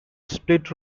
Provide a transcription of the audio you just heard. split